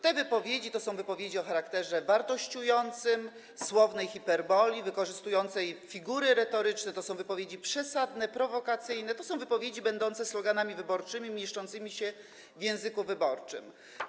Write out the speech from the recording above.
Te wypowiedzi to są wypowiedzi o charakterze wartościującym, słownej hiperboli, wykorzystującej figury retoryczne, to są wypowiedzi przesadne, prowokacyjne, to są wypowiedzi będące sloganami wyborczymi, mieszczącymi się w języku wyborczym.